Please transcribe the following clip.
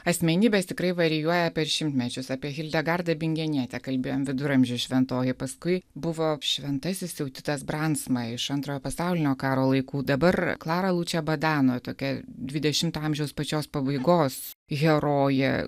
asmenybės tikrai varijuoja per šimtmečius apie hildegardą bingenietę kalbėjom viduramžių šventoji paskui buvo šventasis jau titas bransma iš antrojo pasaulinio karo laikų dabar klara lučia badano tokia dvidešimto amžiaus pačios pabaigos herojė